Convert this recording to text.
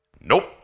Nope